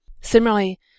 Similarly